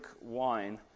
wine